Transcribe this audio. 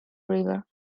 river